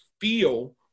feel